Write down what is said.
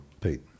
Pete